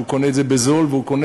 כשהוא קונה את זה בזול, והוא קונה.